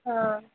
অঁ